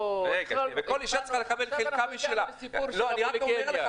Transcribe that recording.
עכשיו הגענו לסוגיה של פוליגמיה.